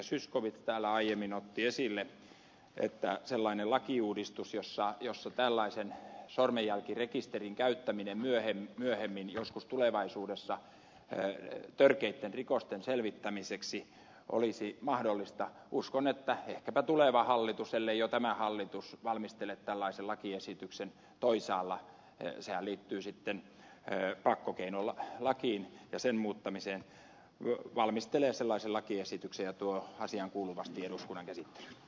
zyskowicz täällä aiemmin otti esille että sellainen lakiuudistus jossa tällaisen sormenjälkirekisterin käyttäminen myöhemmin joskus tulevaisuudessa törkeitten rikosten selvittämiseksi olisi mahdollista niin ehkäpä tuleva hallitus kenties jo tämä hallitus valmistelee tällaisen lakiesityksen toisaalla sehän liittyy sitten pakkokeinolakiin ja sen muuttamiseen ja tuo asiaankuuluvasti eduskunnan käsittelyyn